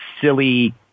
silly